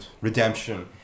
redemption